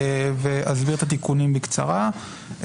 אסביר את התיקונים בקצרה,